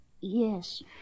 Yes